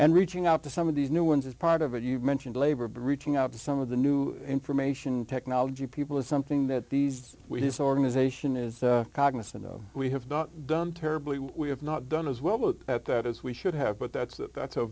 and reaching out to some of these new ones is part of it you mentioned labor been reaching out to some of the new information technology people is something that these we his organization is cognizant of we have not done terribly we have not done as well at that as we should have but that's that